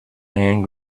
land